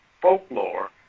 folklore